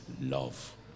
love